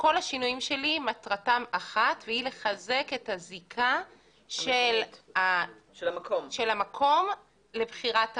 כל השינויים שלי מטרתם אחת והיא לחזק את הזיקה של המקום לבחירת הרב,